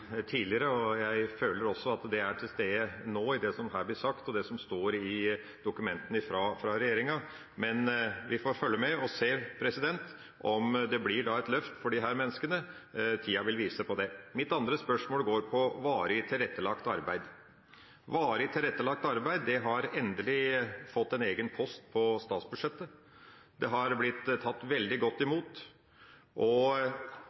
tidligere. Jeg føler også at dette er til stede nå i det som blir sagt, og i det som står i dokumentene fra regjeringa. Men vi får følge med og se om det blir et løft for disse menneskene. Tida vil vise det. Mitt andre spørsmål handler om varig tilrettelagt arbeid. Varig tilrettelagt arbeid har endelig fått en egen post på statsbudsjettet. Det har blitt tatt veldig godt imot.